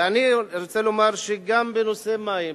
ואני רוצה לומר שגם בנושא המים,